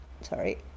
sorry